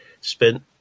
spent